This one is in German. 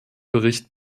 bericht